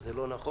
וזה לא נכון.